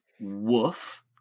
Woof